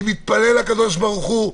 אני מתפלל לקדוש ברוך הוא.